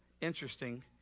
interesting